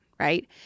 right